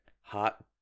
hot